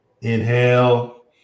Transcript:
Inhale